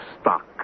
stock